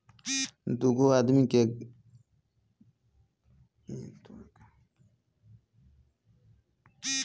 दूगो आदमी के गारंटी देबअ तबे तोहके लोन मिली